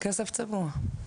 כסף צבוע,